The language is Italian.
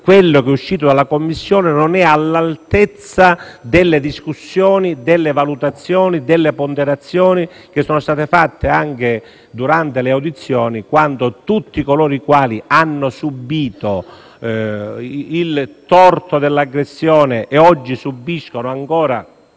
che il testo uscito dalla Commissione non è all'altezza delle discussioni, delle valutazioni e delle ponderazioni che sono state fatte anche durante le audizioni, poiché tutti coloro i quali hanno subito il torto dell'aggressione - e oggi subiscono ancora